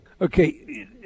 Okay